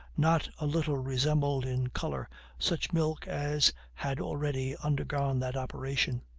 not a little resembled in color such milk as had already undergone that operation.